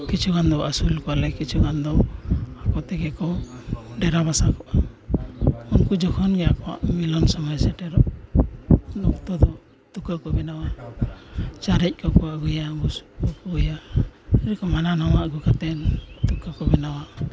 ᱠᱤᱪᱷᱩ ᱜᱟᱱ ᱫᱚ ᱟᱹᱥᱩᱞ ᱠᱚᱣᱟᱞᱮ ᱟᱨ ᱠᱤᱪᱷᱩ ᱜᱟᱱ ᱫᱚ ᱟᱠᱚ ᱛᱮᱜᱮ ᱠᱚ ᱰᱮᱨᱟ ᱵᱟᱥᱟ ᱠᱚᱜᱼᱟ ᱩᱱᱠᱩ ᱡᱚᱠᱷᱚᱱ ᱜᱮ ᱟᱠᱚᱣᱟᱜ ᱢᱤᱞᱚᱱ ᱥᱚᱢᱚᱭ ᱥᱮᱴᱮᱨᱚᱜ ᱩᱱ ᱚᱠᱛᱚ ᱫᱚ ᱛᱩᱠᱟᱹ ᱠᱚ ᱵᱮᱱᱟᱣᱟ ᱪᱟᱨᱮᱡ ᱠᱚ ᱠᱚ ᱟᱹᱜᱩᱭᱟ ᱵᱩᱥᱩᱵ ᱠᱚ ᱠᱚ ᱟᱹᱜᱩᱭᱟ ᱟᱹᱰᱤ ᱨᱚᱠᱚᱢ ᱦᱟᱱᱟ ᱱᱟᱣᱟ ᱟᱹᱜᱩ ᱠᱟᱛᱮᱫ ᱛᱩᱠᱟᱹ ᱠᱚ ᱵᱮᱱᱟᱣᱟ